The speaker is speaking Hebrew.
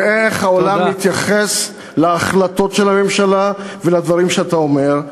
תראה איך העולם מתייחס להחלטות של הממשלה ולדברים שאתה אומר.